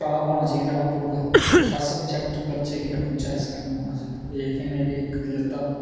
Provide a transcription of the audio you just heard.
top होना चाहिदा पूरा हर सबजैक्ट बच्चे गी अपनी मर्ज़ी कन्नै थ्होना चाहिदा एह् नीं ऐ कि इक लैता